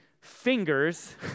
fingers